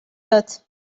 earth